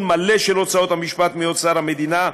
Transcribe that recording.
מלא של הוצאות המשפט מאוצר המדינה,